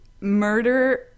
murder